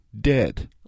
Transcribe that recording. dead